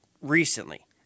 recently